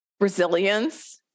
Resilience